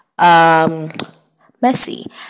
Messi